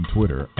Twitter